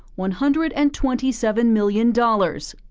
one hundred and twenty seven million dollars.